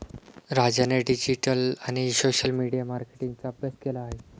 राजाने डिजिटल आणि social media मार्केटिंगचा अभ्यास केला आहे